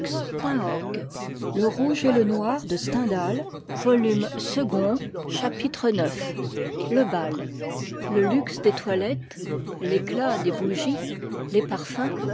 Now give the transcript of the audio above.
chapitre ix le bal le luxe des toilettes l'éclat des bougies les parfums